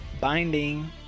Binding